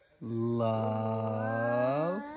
love